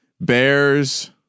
bears